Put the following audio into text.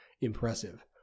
impressive